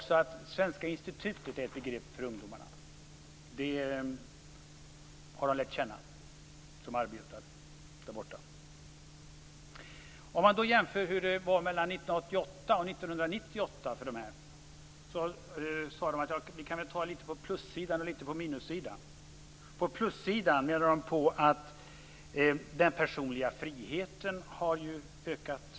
Svenska institutet är också ett begrepp för ungdomarna. Det arbetar ju där borta, och det har de lärt känna. Man kan jämföra hur det var 1988 och 1998 för dessa ungdomar. De sade: Vi kan väl ta litet på plussidan och litet på minussidan. På plussidan finns att den personliga friheten har ökat väsentligt.